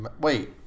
Wait